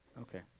Okay